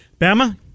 Bama